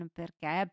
perché